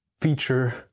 feature